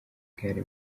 gare